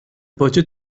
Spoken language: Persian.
پاچه